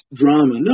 drama